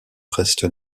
reste